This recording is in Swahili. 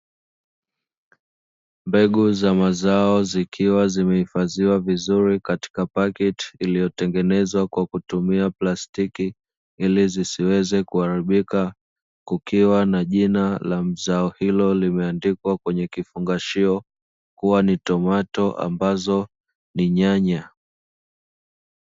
Mbegu za mazao zikiwa zimehifadhiwa vizuri, katika paketi iliyotengenezwa kwa kutumia plastiki, ili zisiweze kuharibika; kukiwa na jina la zao hilo limeandikwa kwenye kifungashio, kuwa ni tomato ambazo ni nyanya.